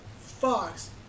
Fox